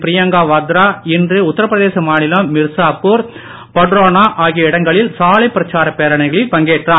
பிரியங்கா வாத்ரா இன்று உத்தரப்பிரதேச மாநிலம் மீர்சாபூர் பட்ரோனா ஆகிய இடங்களில் சாலைப் பிரச்சார பேரணிகளில் பங்கேற்றார்